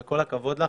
וכל הכבוד לה,